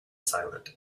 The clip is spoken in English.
silent